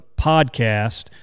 podcast